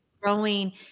growing